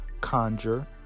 conjure